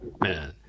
man